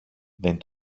δεν